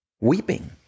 weeping